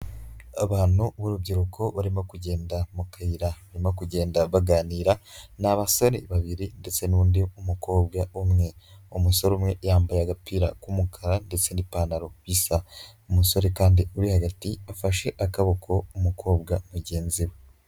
Abantu b'urubyiruko barimo kugenda mu kayira,. Barimo kugenda baganira ni abasore babiri ndetse n'undi mukobwa umwe. Umusore umwe yambaye agapira k'umukara ndetse n'ipantaro bisa. Umusore kandi uri hagati afashe akaboko umukobwa mugenzi we.